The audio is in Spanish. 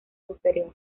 superior